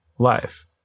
Life